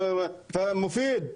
מופיד,